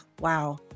wow